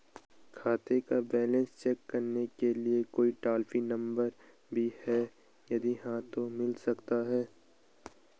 खाते का balance check करने के लिए कोई टॉल फ्री नम्बर भी है यदि हाँ तो मिल सकता है?